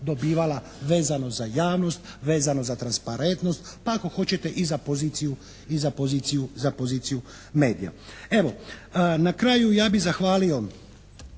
dobivala vezano za javnost, vezano za transparentnost pa ako hoćete i za poziciju medija. Evo na kraju ja bih zahvalio